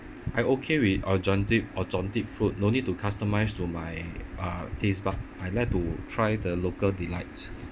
I'm okay with authentic authentic food no need to customize to my uh taste but I'd like to try the local delights